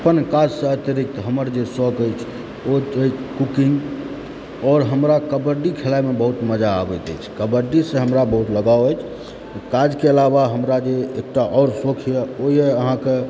अपन काजके अतिरिक्त हमर जे शौक अछि ओ छै कूकिङ्ग आओर हमरा कबड्डी खेलाएमे बहुत मजा आबैत अछि कबड्डीसंँ हमरा बहुत लगाव अछि काजके अलावा हमरा जे एकटा आओर शौकअछि ओ यऽ अहाँके